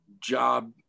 job